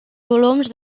volums